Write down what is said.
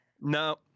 No